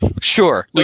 Sure